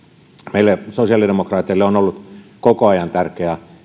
meille sosiaalidemokraateille on ollut koko ajan tärkeää